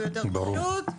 הוא פשוט יותר.